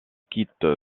quitte